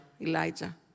Elijah